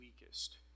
weakest